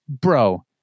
Bro